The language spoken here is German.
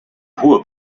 hohe